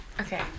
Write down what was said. Okay